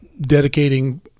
dedicating